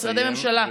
משרדי ממשלה,